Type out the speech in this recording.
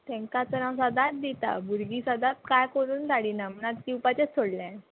तांकां तर हांव सदांच दिता भुरगीं सदांच कांय करून धाडिना म्हण आतां दिवपाचेंच सोडलें